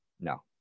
No